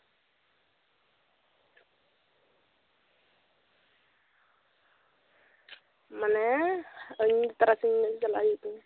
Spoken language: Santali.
ᱢᱟᱱᱮ ᱟᱹᱭᱩᱵ ᱛᱟᱨᱟᱥᱤᱧ ᱜᱟᱱ ᱪᱟᱞᱟᱜ ᱦᱩᱭᱩᱜ ᱛᱤᱧᱟᱹ